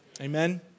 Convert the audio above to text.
Amen